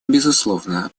безусловно